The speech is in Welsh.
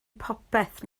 popeth